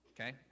okay